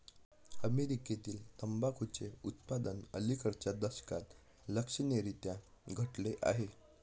अमेरीकेतील तंबाखूचे उत्पादन अलिकडच्या दशकात लक्षणीयरीत्या घटले आहे